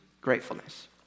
gratefulness